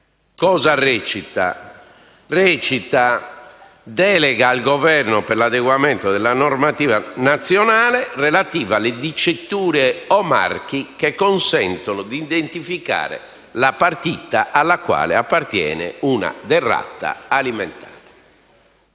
questa serata, che reca delega al Governo per l'adeguamento della normativa nazionale relativa alle diciture o marchi che consentono di identificare la partita alla quale appartiene una derrata alimentare.